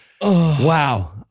Wow